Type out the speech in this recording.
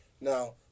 Now